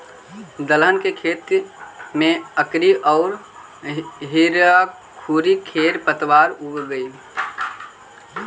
दलहन के खेत में अकरी औउर हिरणखूरी खेर पतवार उगऽ हई